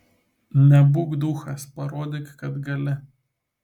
nebūk duchas parodyk kad gali